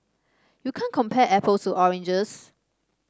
you can't compare apples to oranges